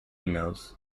mills